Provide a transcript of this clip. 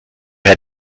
had